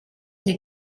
des